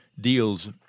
deals